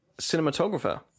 cinematographer